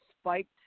spiked